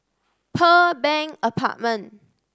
Pearl Bank Apartment